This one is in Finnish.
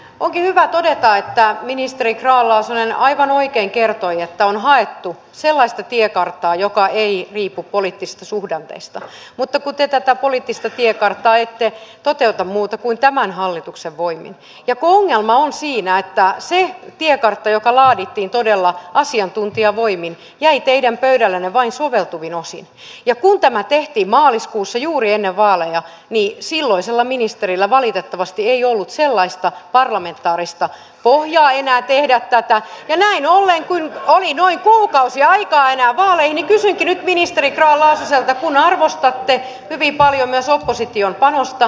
onkin hyvä todeta että ministeri grahn laasonen aivan oikein kertoi että on haettu sellaista tiekarttaa joka ei riipu poliittisista suhdanteista mutta kun te tätä poliittista tiekarttaa ette toteuta muuta kuin tämän hallituksen voimin ja kun ongelma on siinä että se tiekartta joka laadittiin todella asiantuntijavoimin jäi teidän pöydällenne vain soveltuvin osin ja kun tämä tehtiin maaliskuussa juuri ennen vaaleja niin silloisella ministerillä valitettavasti ei ollut sellaista parlamentaarista pohjaa enää tehdä tätä ja näin ollen kun oli noin kuukausi aikaa enää vaaleihin niin kysynkin nyt ministeri grahn laasoselta kun arvostatte hyvin paljon myös opposition panosta